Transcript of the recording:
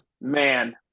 man